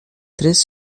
três